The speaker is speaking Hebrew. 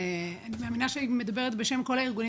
ואני מאמינה שהיא מדברת בשם כל הארגונים